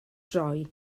droi